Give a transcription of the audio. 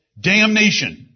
damnation